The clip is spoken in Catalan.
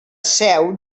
seu